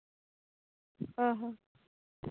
ᱦᱚᱸ ᱦᱚᱸ